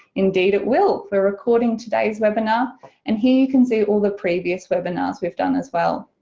indeed it will. we're recording today's webinar and here you can see all the previous webinars we've done as well.